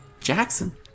Jackson